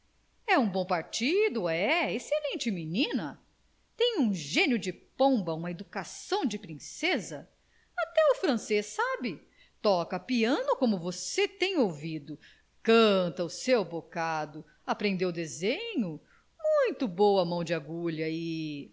é um bom partido é excelente menina tem um gênio de pomba uma educação de princesa até o francês sabe toca piano como você tem ouvido canta o seu bocado aprendeu desenho muito boa mão de agulha